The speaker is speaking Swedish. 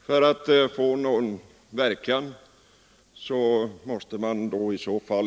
För att den skulle få någon verkan måste man